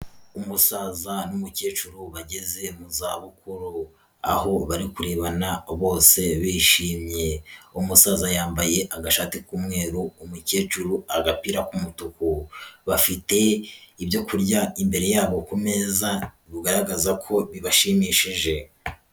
Umusaza n'umukecuru bageze mu zabukuru, aho bari kurebana bose bishimye, umusaza yambaye agashati k'umweru umukecuru agapira k'umutuku, bafite ibyo kurya imbere yabo ku meza bigaragaza ko bibashimishije.